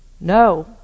no